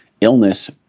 illness